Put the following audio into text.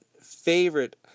favorite